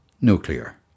nuclear